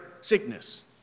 sickness